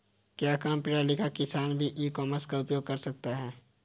क्या कम पढ़ा लिखा किसान भी ई कॉमर्स का उपयोग कर सकता है?